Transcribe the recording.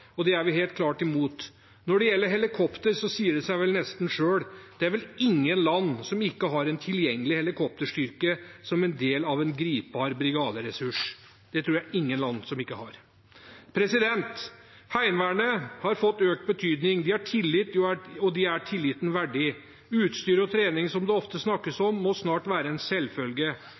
dag. Det er vi helt klart imot. Når det gjelder helikopter, sier det seg vel nesten selv. Det er vel ingen land som ikke har en tilgjengelig helikopterstyrke som en del av en gripbar brigaderessurs. Det tror jeg ikke det er noe land som ikke har. Heimevernet har fått økt betydning. De har tillit, og de er tilliten verdig. Utstyr og trening, som det ofte snakkes om, må snart være en selvfølge.